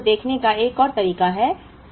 उसी चीज को देखने का एक और तरीका है